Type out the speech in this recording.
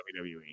wwe